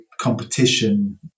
competition